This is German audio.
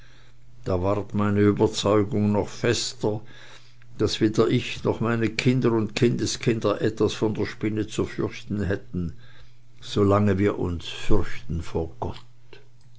da ward meine überzeugung noch fester daß weder ich noch meine kinder und kindeskinder etwas von der spinne zu fürchten hätten solange wir uns fürchten vor gott